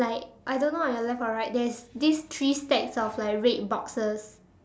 like I don't know on your left or right there's this three stacks of like red boxes